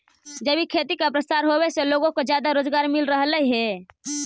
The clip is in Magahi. जैविक खेती का प्रसार होवे से लोगों को ज्यादा रोजगार मिल रहलई हे